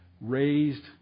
raised